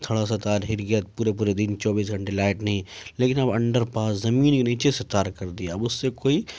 تھوڑا سا تار ہل گیا پورا پورا دن چوبیس گھنٹے لائٹ نہیں لیکن اب انڈر پاس زمین کے نیچے سے تار کر دیا اب اس سے کوئی